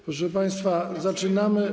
Proszę państwa, zaczynamy.